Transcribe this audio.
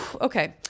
Okay